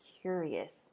curious